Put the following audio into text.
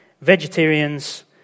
Vegetarians